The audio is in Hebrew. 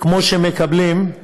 כמו שמקבלים,